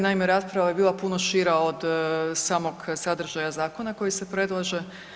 Naime, rasprava je bila puno šira od samog sadržaja zakona koji se predlaže.